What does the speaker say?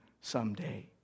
someday